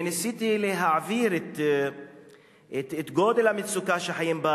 ניסיתי להעביר את גודל המצוקה שחיים בה